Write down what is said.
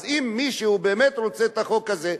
אז אם מישהו באמת רוצה את החוק הזה,